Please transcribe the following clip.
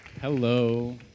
Hello